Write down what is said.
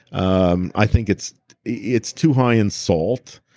um i think it's it's too high in salt.